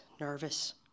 nervous